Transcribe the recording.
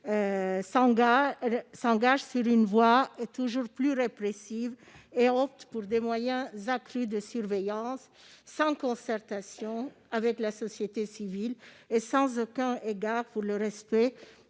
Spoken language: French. s'engagent sur une voie toujours plus répressive et optent pour des moyens accrus de surveillance sans concertation avec la société civile ni égard pour le respect